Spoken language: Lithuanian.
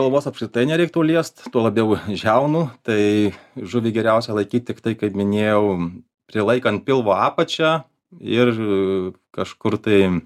galvos apskritai nereiktų liest tuo labiau žiaunų tai žuvį geriausia laikyt tiktai kaip minėjau prilaikant pilvo apačią ir kažkur tai